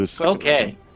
Okay